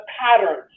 patterns